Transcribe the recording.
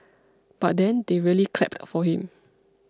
but then they really clapped for him